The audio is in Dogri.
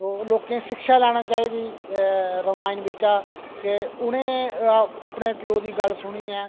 ते लोकें शिक्षा लैना चाहिदी रमायण बिच्चा कि उ'नें अपने प्यो दी गल्ल सुनियै